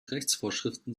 rechtsvorschriften